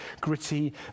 gritty